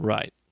Right